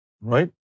Right